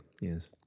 yes